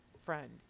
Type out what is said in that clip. friend